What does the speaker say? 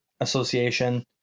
Association